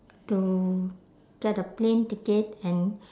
to get a plane ticket and